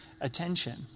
attention